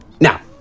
Now